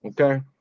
Okay